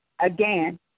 Again